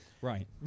Right